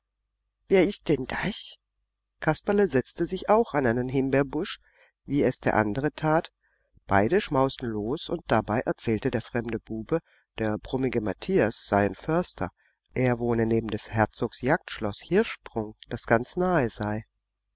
wer ist denn das kasperle setzte sich auch an einen himbeerbusch wie es der andere tat beide schmausten los und dabei erzählte der fremde bube der brummige matthias sei ein förster er wohne neben des herzogs jagdschloß hirschsprung das ganz nahe sei